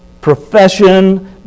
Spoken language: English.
Profession